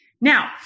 Now